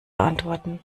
antworten